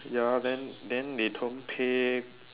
ya then then they don't pay